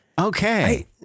Okay